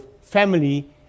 family